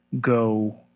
go